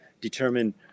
determine